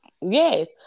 Yes